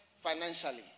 financially